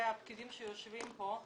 הפקידים שיושבים כאן,